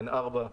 בן 4,